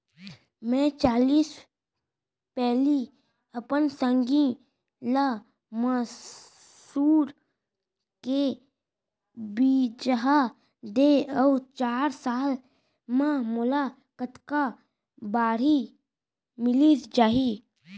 मैं चालीस पैली अपन संगी ल मसूर के बीजहा दे हव चार साल म मोला कतका बाड़ही मिलिस जाही?